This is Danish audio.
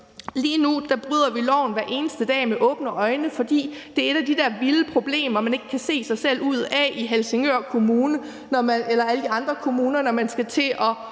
Lige nu bryder vi loven hver eneste dag med åbne øjne, fordi det er et af de der vilde problemer, som man ikke kan se sig selv komme ud af i Helsingør Kommune eller alle de andre kommuner, når man skal til at